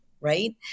right